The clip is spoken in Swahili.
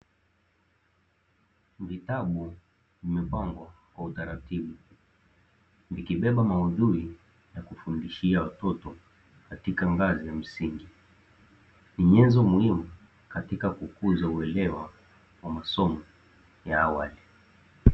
Vitabu vimepangwa kwa utaratibu maalumu vikibeba maudhui ya kufundishia watoto katika ngazi ya msingi, ni nyenzo muhimu katika kukuza uelewa wa masomo ya awali.